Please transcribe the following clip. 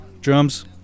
Drums